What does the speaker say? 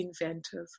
inventive